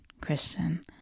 Christian